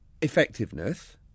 effectiveness